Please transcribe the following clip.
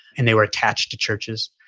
and they were attached to churches.